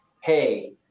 hey